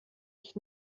ich